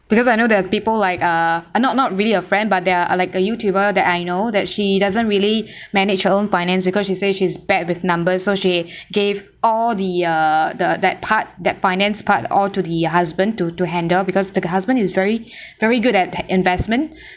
because I know there are people like uh not not really a friend but they are like a YouTuber that I know that she doesn't really manage her own finance because she say she's bad with numbers so she gave all the uh the that part that finance part all to the husband to to handle because the husband is very very good at investment